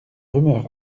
rumeur